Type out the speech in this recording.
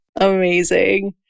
Amazing